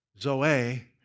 zoe